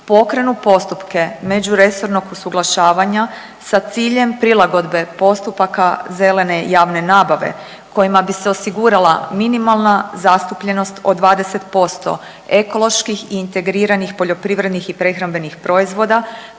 pokrenu postupke međuresornog usuglašavanja sa ciljem prilagodbe postupaka zelene javne nabave kojima bi se osigurala minimalna zastupljenost od 20% ekoloških i integriranih poljoprivrednih i prehrambenih proizvoda,